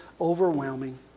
overwhelming